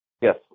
Yes